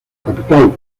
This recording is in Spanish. capital